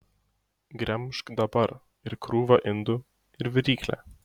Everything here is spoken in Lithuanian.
gremžk dabar ir krūvą indų ir viryklę